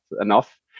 enough